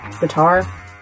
guitar